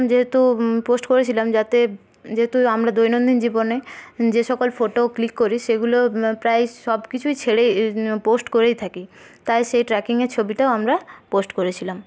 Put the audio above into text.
যেহেতু পোস্ট করেছিলাম যাতে যেহেতু আমরা দৈনন্দিন জীবনে যে সকল ফোটো ক্লিক করি সেইগুলো প্রায় সব কিছুই ছেড়ে পোস্ট করেই থাকি তাই সেই ট্র্যাকিঙের ছবিটাও আমরা পোস্ট করেছিলাম